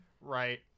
right